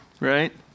right